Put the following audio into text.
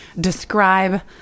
describe